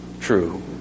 true